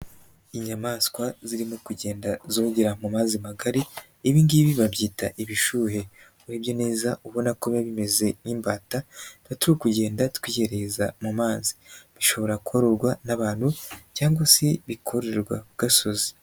Inyamaswa zirimo kugenda zogera mu mazi magari, ibingibi babyita ibishuhe, urebye neza ubona koba bimeze nk'imbata, tubaturikugenda twiyereza mu mazi, bishobora kororwa n'abantu cyangwa se bikorerwa ku gasozi.